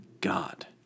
God